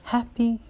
Happy